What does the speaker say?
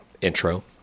intro